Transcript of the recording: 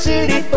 City